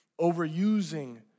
overusing